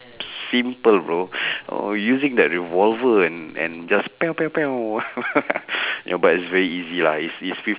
simple bro oh using that revolver and and just ya but it's very easy lah it's it's